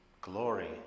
Glory